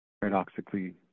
paradoxically